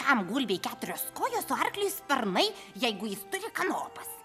kam gulbei keturios kojos o arkliui sparnai jeigu jis turi kanopas